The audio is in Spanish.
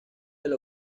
del